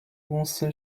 公司